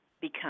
become